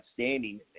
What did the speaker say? outstanding